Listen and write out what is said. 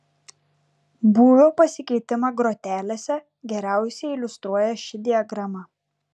būvio pasikeitimą grotelėse geriausiai iliustruoja ši diagrama